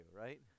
right